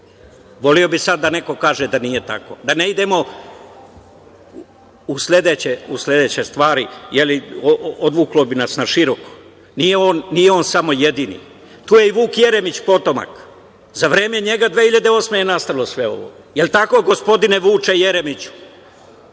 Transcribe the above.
bih sada da neko kaže da nije tako, da ne idemo u sledeće stvari, jer odvuklo bi nas na široko. Nije on samo jedini. Tu je i Vuk Jeremić, potomak. Za vreme njega 2008. godine je nastalo sve ovo. Jel tako gospodine Vuče Jeremiću?